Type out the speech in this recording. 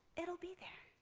it'll be there,